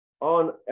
On